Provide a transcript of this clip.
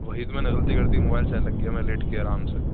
وہی تو میں نے غلطی کر دی موبائل چلانے لگ گیا لیٹ کے آرام سے